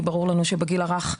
כי ברור לנו שבגיל הרך,